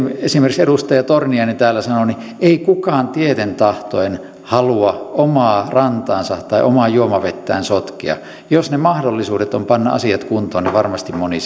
esimerkiksi edustaja torniainen täällä sanoi kukaan ei tieten tahtoen halua omaa rantaansa tai omaa juomavettään sotkea jos on mahdollisuudet panna asiat kuntoon niin varmasti moni